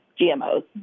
GMOs